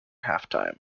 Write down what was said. halftime